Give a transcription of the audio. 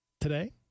today